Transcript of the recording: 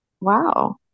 Wow